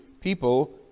people